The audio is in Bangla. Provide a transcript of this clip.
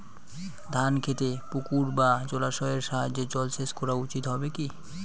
ধান খেতে পুকুর বা জলাশয়ের সাহায্যে জলসেচ করা উচিৎ হবে কি?